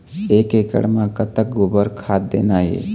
एक एकड़ म कतक गोबर खाद देना ये?